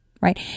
right